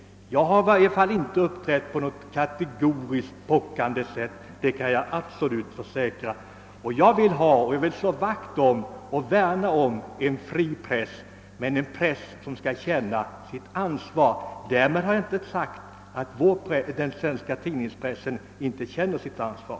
Jag kan absolut försäkra att jag inte har uppträtt på något kategoriskt pockande sätt. Jag vill att vi skall slå vakt om och värna om en fri press, men en press som känner sitt ansvar. Därmed har jag inte sagt att den svenska tidningspressen inte känner sitt ansvar.